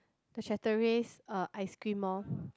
the Chateriase uh ice cream orh